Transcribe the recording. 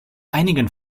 einigen